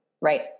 right